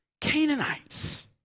Canaanites